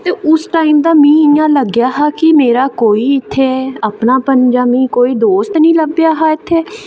ते उस टाईम दा मिगी इं'या लग्गेआ हा कि मेरा कोई इत्थै अपनापन जां मिगी कोई दोस्त निं लब्भेआ हा इत्थै